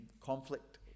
conflict